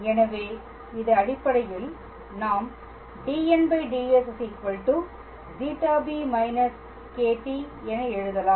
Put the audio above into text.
எனவே இது அடிப்படையில் நாம் dnds ζb − κtஎன எழுதலாம்